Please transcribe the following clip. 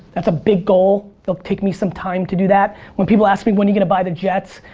that's a big goal. it'll take me some time to do that. when people ask me, when are you gonna buy the jets?